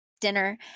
dinner